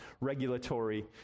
regulatory